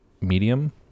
medium